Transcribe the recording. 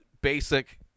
basic